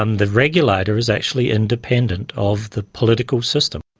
um the regulator is actually independent of the political system.